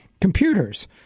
computers